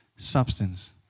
substance